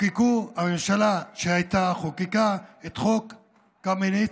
הממשלה שהייתה חוקקה את חוק קמיניץ,